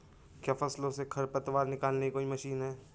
क्या फसलों से खरपतवार निकालने की कोई मशीन है?